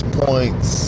points